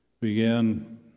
began